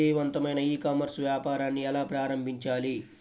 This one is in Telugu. విజయవంతమైన ఈ కామర్స్ వ్యాపారాన్ని ఎలా ప్రారంభించాలి?